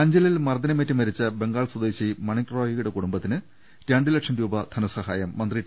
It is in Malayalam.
അഞ്ചലിൽ മർദ്ദനമേറ്റ് മരിച്ച ബംഗാൾ സ്വദേശി മണിക് റോയി യുടെ കുടുംബത്തിന് രണ്ട് ലക്ഷം രൂപ ധനസഹായം മന്ത്രി ടി